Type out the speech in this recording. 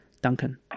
Duncan